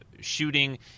shooting